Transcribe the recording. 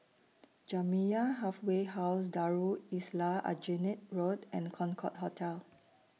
Jamiyah Halfway House Darul Islah Aljunied Road and Concorde Hotel